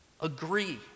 agree